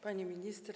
Pani Minister!